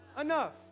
enough